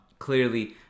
clearly